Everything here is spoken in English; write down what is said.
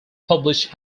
published